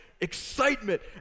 excitement